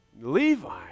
Levi